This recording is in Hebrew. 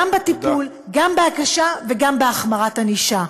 גם בטיפול, גם בהקשה וגם בהחמרת ענישה.